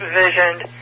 visioned